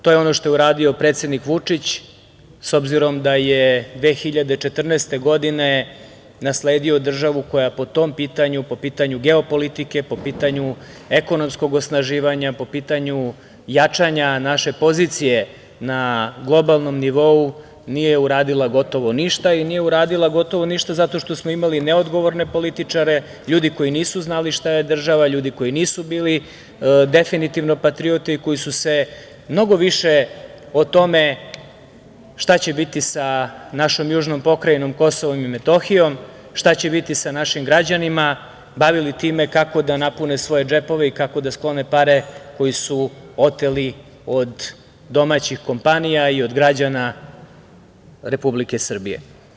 To je ono što je uradio predsednik Vučić, s obzirom da je 2014. godine nasledio državu koja po tom pitanju, po pitanju geopolitike, po pitanju ekonomskog osnaživanja, po pitanju jačanja naše pozicije na globalnom nivou, nije uradila gotovo ništa i nije uradila gotovo ništa zato što smo imali neodgovorne političare, ljude koji nisu znali šta je država, ljude koji nisu bili definitivno patriote i koji su se mnogo više o tome šta će biti sa našom južnom pokrajinom Kosovom i Metohijom, šta će biti sa našim građanima, bavili time kako da napune svoje džepove i kako da sklone pare koji su oteli od domaćih kompanija i od građana Republike Srbije.